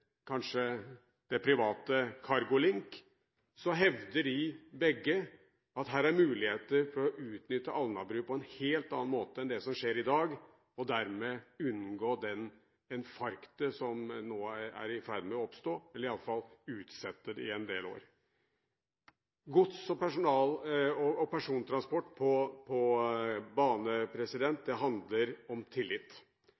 kanskje det private Cargolink, hevder de begge at det er muligheter for å utnytte Alnabru på en helt annen måte enn det som skjer i dag, og dermed unngå det infarktet som nå er i ferd med å oppstå, eller i hvert fall utsette det i en del år. Gods- og persontransport på bane